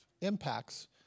impacts